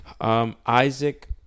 Isaac